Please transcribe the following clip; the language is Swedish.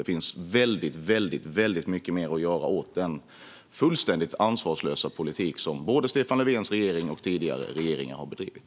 Det finns väldigt mycket mer att göra åt den fullständigt ansvarslösa politik som både Stefan Löfvens regering och tidigare regeringar har bedrivit.